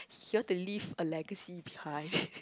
he want to leave a legacy behind